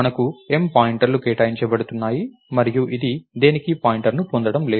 మనకు M పాయింటర్లు కేటాయించబడుతున్నాయి మరియు ఇది దేనికీ పాయింటర్ను పొందడం లేదు